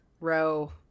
row